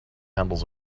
handles